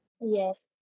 Yes